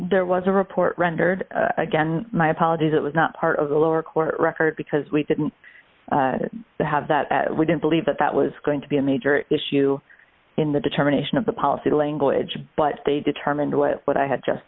there was a report rendered again my apologies it was not part of the lower court record because we didn't have that we didn't believe that that was going to be a major issue in the determination of the policy language but they determined what i had just